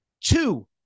Two